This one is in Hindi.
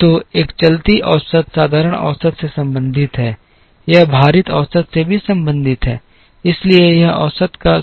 तो एक चलती औसत साधारण औसत से संबंधित है यह भारित औसत से भी संबंधित है इसलिए यह औसत का